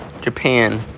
Japan